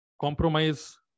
Compromise